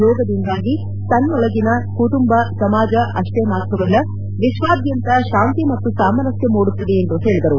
ಯೋಗದಿಂದಾಗಿ ತನ್ನೊಳಗಿನ ಕುಟುಂಬ ಸಮಾಜ ಅಷ್ಟೇ ಮಾತ್ರವಲ್ಲ ವಿಶ್ವಾದ್ಯಂತ ಶಾಂತಿ ಮತ್ತು ಸಾಮರಸ್ಯ ಮೂಡುತ್ತದೆ ಎಂದು ಹೇಳಿದರು